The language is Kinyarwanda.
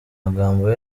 magambo